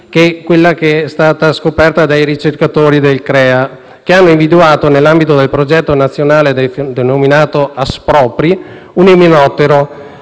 quella che è stata scoperta dai ricercatori del CREA, che hanno individuato, nell'ambito del progetto nazionale Aspropi, in un imenottero